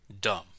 dumb